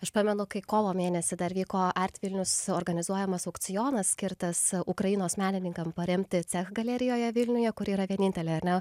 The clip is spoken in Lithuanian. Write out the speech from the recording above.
aš pamenu kai kovo mėnesį dar vyko art vilnius organizuojamas aukcionas skirtas ukrainos menininkams paremti cecho galerijoje vilniuje kur yra vienintelė ar ne